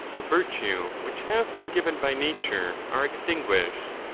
of virtue which have been given by nature are extinguished,